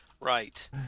Right